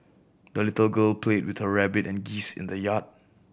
the little girl played with her rabbit and geese in the yard